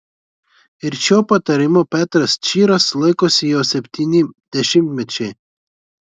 ir šio patarimo petras čyras laikosi jau septyni dešimtmečiai